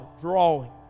drawing